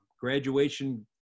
graduation